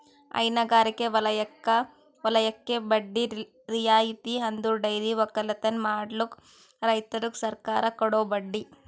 ಹೈನಗಾರಿಕೆ ವಲಯಕ್ಕೆ ಬಡ್ಡಿ ರಿಯಾಯಿತಿ ಅಂದುರ್ ಡೈರಿ ಒಕ್ಕಲತನ ಮಾಡ್ಲುಕ್ ರೈತುರಿಗ್ ಸರ್ಕಾರ ಕೊಡೋ ಬಡ್ಡಿ